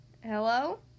Hello